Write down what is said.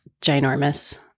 ginormous